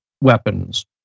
weapons